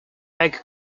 meg